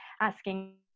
asking